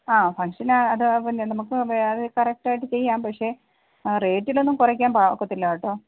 ആ ഫംഗ്ഷൻ അത് പിന്നെ നമുക്ക് അത് കറക്റ്റായിട്ട് ചെയ്യാം പക്ഷേ റേറ്റിലൊന്നും കുറയ്ക്കാൻ ഒക്കത്തില്ല കേട്ടോ